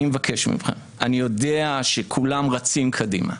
אני מבקש מכם, אני יודע שכולם רצים קדימה.